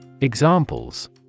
Examples